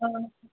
ꯑꯥ